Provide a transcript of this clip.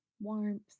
warmth